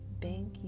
bank